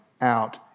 out